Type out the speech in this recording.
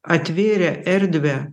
atvėrė erdvę